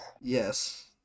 Yes